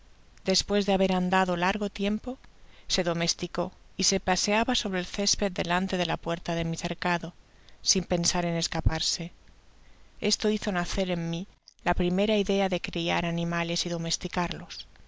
despues de haber andado largo tiempo se domesticó y se paseaba sobre el césped delante de la puerta de mi cercado sin pensar en escaparse esto hizo nacer en mi la primera idea de criar animales y domesticarlos